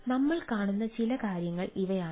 അതിനാൽ നമ്മൾ കാണുന്ന ചില കാര്യങ്ങൾ ഇവയാണ്